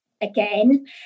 again